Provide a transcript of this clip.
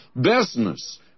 Business